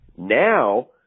Now